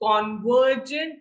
convergent